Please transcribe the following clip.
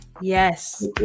Yes